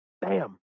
bam